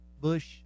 Bush